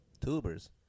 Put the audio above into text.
Tubers